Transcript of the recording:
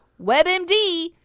WebMD